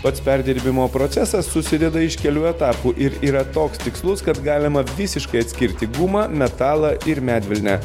pats perdirbimo procesas susideda iš kelių etapų ir yra toks tikslus kad galima visiškai atskirti gumą metalą ir medvilnę